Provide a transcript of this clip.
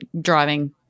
driving